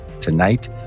tonight